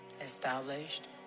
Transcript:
Established